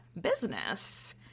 business